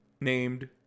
named